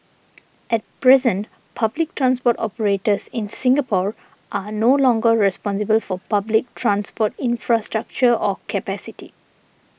at present public transport operators in Singapore are no longer responsible for public transport infrastructure or capacity